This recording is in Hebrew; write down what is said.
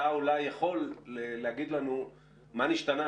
אתה יכול אולי להגיד לנו מה נשתנה,